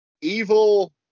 Evil